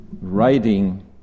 writing